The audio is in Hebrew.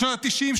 בשנות התשעים,